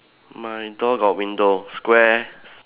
my door got window square